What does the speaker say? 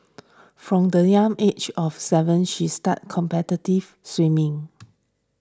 from the young age of seven she started competitive swimming